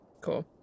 Cool